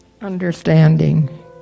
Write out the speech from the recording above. Understanding